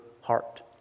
heart